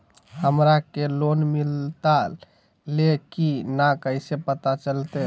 हमरा के लोन मिलता ले की न कैसे पता चलते?